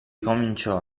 cominciò